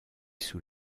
sous